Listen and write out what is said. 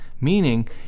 Meaning